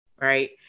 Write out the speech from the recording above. right